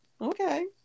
Okay